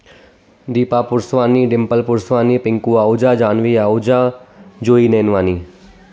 Deepa Puruswani Dimple Puruswani Pinku Ahuja Janhvi Ahuja Juhi Nainwani